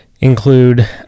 include